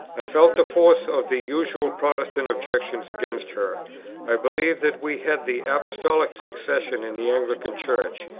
i felt the force of the usual protestant objections against her i believed that we had the apostolical succession in the anglican church,